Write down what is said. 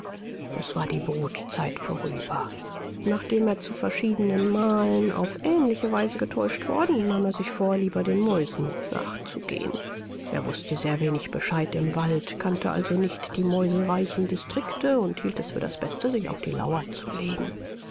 es war die brutzeit vorüber nachdem er zu verschiedenen malen auf ähnliche weise getäuscht worden nahm er sich vor lieber den mäusen nachzugehen er wußte sehr wenig bescheid im wald kannte also nicht die mäusereichen distrikte und hielt es für das beste sich auf die lauer zu legen